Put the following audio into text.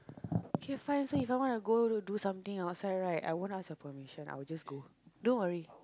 K fine so if I wanna go to do something outside right I won't ask your permission I will just go don't worry